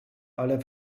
ale